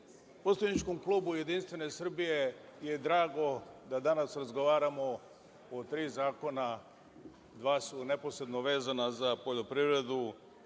poslaničkom klubu JS je drago da danas razgovaramo o tri zakona. Dva su neposredno vezana za poljoprivredu,